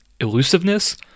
elusiveness